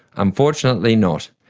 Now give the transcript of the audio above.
unfortunately not.